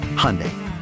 Hyundai